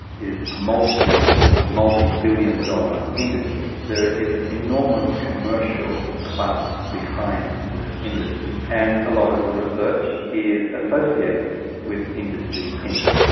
is a multinational, multibillion dollar industry. there is enormous commercial clout behind this industry and a lot of the research is associated with industry interests,